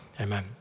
Amen